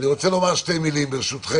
כמה מילים.